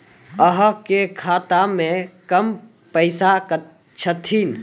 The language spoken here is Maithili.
अहाँ के खाता मे कम पैसा छथिन?